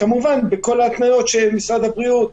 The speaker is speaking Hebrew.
כמובן בכל ההתניות של משרד הבריאות.